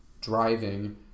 driving